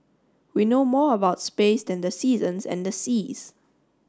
we know more about space than the seasons and the seas